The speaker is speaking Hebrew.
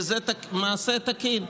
וזה מעשה תקין.